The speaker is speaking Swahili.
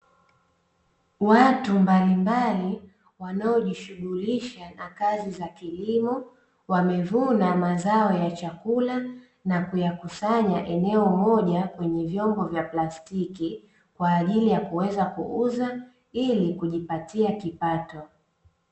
Watu mbalimbali wanaojishughulisha na kazi za kilimo wamevuna mazao ya chakula na kuyakusanya eneo moja kwenye vyombo vya plastiki kwa ajili ya kuweza kuuza ili kujipatia kipato.